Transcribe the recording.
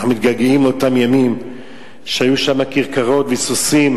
אנחנו מתגעגעים לאותם ימים שהיו שם כרכרות וסוסים.